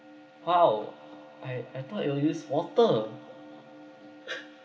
!wow! I I thought it will use water